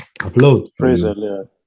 upload